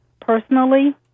personally